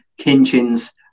Kinchins